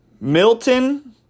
Milton